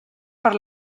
per